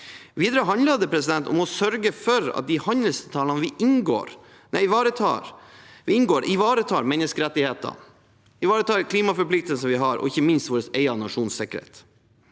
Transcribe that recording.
Videre handler det om å sørge for at de handelsavtalene vi inngår, ivaretar menneskerettigheter, ivaretar klimaforpliktelsene vi har, og ikke minst ivaretar vår egen nasjons sikkerhet.